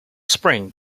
spring